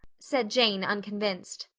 said jane unconvinced.